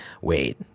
wait